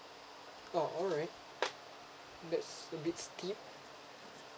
oh alright that's a bit steep